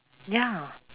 ya